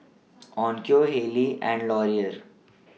Onkyo Haylee and Laurier